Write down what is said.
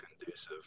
conducive